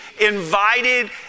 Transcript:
invited